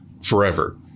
forever